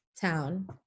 town